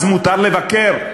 אז מותר לבקר,